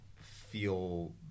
feel